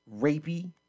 rapey